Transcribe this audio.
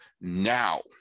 now